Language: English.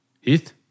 Heath